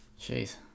Jeez